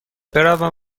بروم